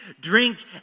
drink